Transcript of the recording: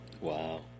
Wow